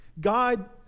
God